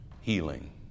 healing